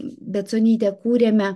baconytė kūrėme